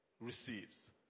receives